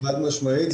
חד משמעית.